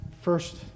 first